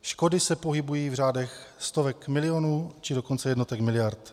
Škody se pohybují v řádech stovek milionů, či dokonce jednotek miliard.